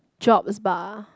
jobs bah